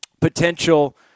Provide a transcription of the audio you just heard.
potential